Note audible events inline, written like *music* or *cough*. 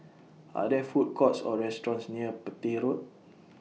*noise* Are There Food Courts Or restaurants near Petir Road *noise*